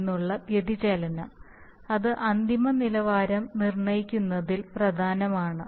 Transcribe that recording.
നിന്നുള്ള വ്യതിചലനം അത് അന്തിമ നിലവാരം നിർണ്ണയിക്കുന്നതിൽ പ്രധാനമാണ്